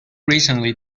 recently